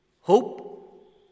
hope